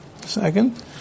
second